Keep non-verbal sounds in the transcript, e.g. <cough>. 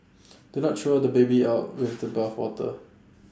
<noise> do not throw the baby out <noise> with the bathwater